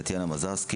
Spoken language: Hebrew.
חה"כ טטיאנה מזרסקי,